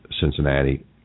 Cincinnati